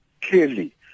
clearly